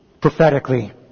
prophetically